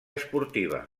esportiva